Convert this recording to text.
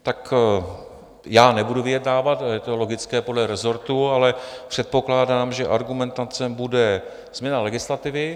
Tak já nebudu vyjednávat, je to logické, podle rezortu, ale předpokládám, že argumentace bude změna legislativy.